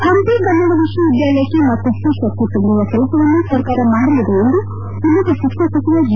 ಪಂಪಿ ಕನ್ನಡ ವಿಶ್ವವಿದ್ಯಾಲಯಕ್ಕೆ ಮತ್ತಷ್ಟು ಶಕ್ತಿ ತುಂಬುವ ಕೆಲಸವನ್ನು ಸರ್ಕಾರ ಮಾಡಲಿದೆ ಎಂದು ಉನ್ನತ ಶಿಕ್ಷಣ ಸಚಿವ ಜಿ